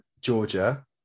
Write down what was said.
Georgia